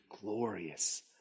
glorious